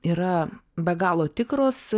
yra be galo tikros